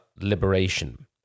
liberation